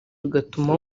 bigatuma